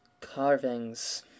Carvings